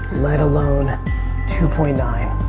let alone two point nine.